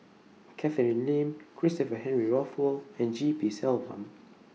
Catherine Lim Christopher Henry Rothwell and G P Selvam